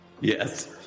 Yes